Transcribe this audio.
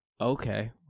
okay